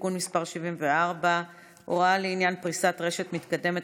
(תיקון מס' 74) (הוראות לעניין פריסת רשת מתקדמת),